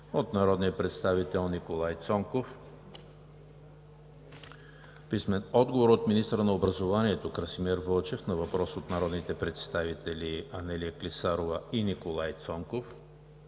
от народния представител Николай Цонков; - министъра на образованието и науката Красимир Вълчев на въпрос от народните представители Анелия Клисарова и Николай Цонков;